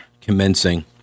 commencing